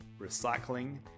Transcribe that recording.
Recycling